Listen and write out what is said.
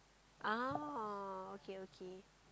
oh okay okay